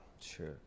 Sure